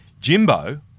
Jimbo